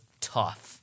tough